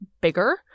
bigger